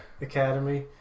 Academy